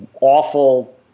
awful